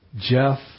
Jeff